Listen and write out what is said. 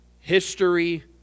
history